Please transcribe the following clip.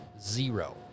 Zero